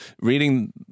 reading